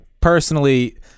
personally